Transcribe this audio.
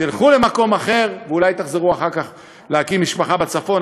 תלכו למקום אחר ואולי תחזרו אחר כך להקים משפחה בצפון,